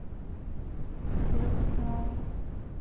ᱜᱤᱫᱽᱨᱟᱹ ᱠᱚᱦᱚᱸ